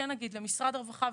למשרד הרווחה,